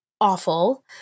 awful